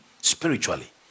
spiritually